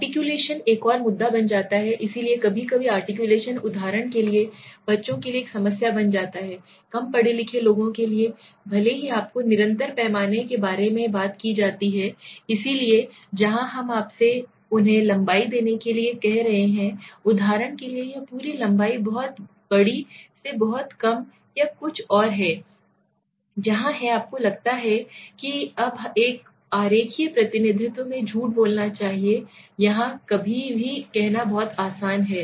articulation एक और मुद्दा बन जाता है इसलिए कभी कभी आर्टिक्यूलेशन उदाहरण के लिए बच्चों के लिए एक समस्या बन जाता है कम पढ़े लिखे लोगों के लिए भले ही आपको निरंतर पैमाने के बारे में बात की जाती है इसलिए जहां हम आपसे उन्हें लंबाई देने के लिए कह रहे हैं उदाहरण के लिए यह पूरी लंबाई बहुत बड़ी से बहुत कम या कुछ और है जहां है आपको लगता है कि यह अब एक आरेखीय प्रतिनिधित्व में झूठ बोलना चाहिए यहाँ कहीं भी कहना बहुत आसान है